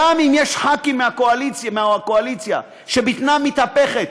גם אם יש ח"כים מהקואליציה שבטנם מתהפכת,